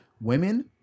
women